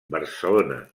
barcelona